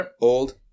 Old